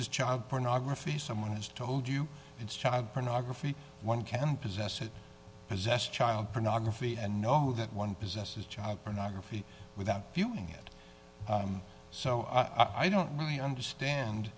is child pornography someone has told you it's child pornography one can possess it possessed child pornography and know that one possesses child pornography without viewing it so i don't really understand